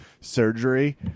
surgery